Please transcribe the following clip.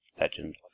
legend